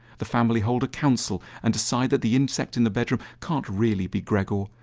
the family hold a council and decide that the insect in the bedroom can't really be gregor.